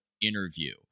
interview